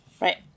right